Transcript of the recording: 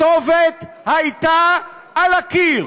הכתובת הייתה על הקיר,